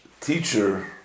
teacher